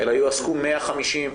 אלא יועסקו 150,